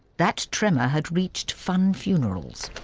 that tremor had reached funn funerals,